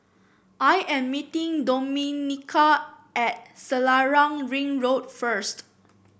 I am meeting Domenica at Selarang Ring Road first